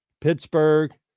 Pittsburgh